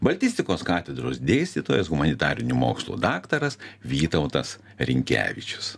baltistikos katedros dėstytojas humanitarinių mokslų daktaras vytautas rinkevičius